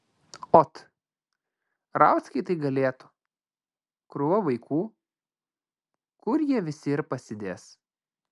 ot rauckiai tai galėtų krūva vaikų kur jie visi ir pasidės